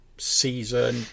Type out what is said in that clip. season